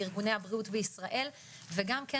לארגוני הבריאות בישראל וגם כן,